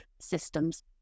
systems